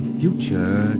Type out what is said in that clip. future